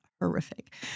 horrific